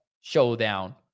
showdown